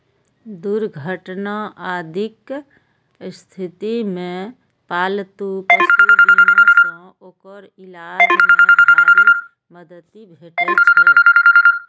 दुर्घटना आदिक स्थिति मे पालतू पशु बीमा सं ओकर इलाज मे भारी मदति भेटै छै